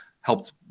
Helped